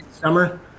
Summer